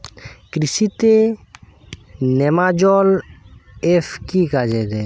কৃষি তে নেমাজল এফ কি কাজে দেয়?